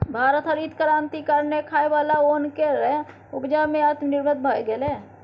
भारत हरित क्रांति कारणेँ खाइ बला ओन केर उपजा मे आत्मनिर्भर भए गेलै